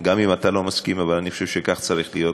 גם אם אתה לא מסכים, אני חושב שכך צריך להיות,